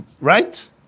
right